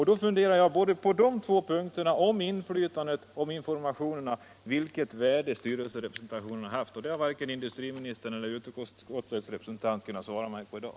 Då undrar jag på de två punkterna — om inflytandet och om informationen — vilket värde styrelserepresentationen har haft. Det har varken industriministern eller utskottets representant kunnat svara på i dag.